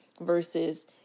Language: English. versus